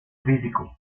físico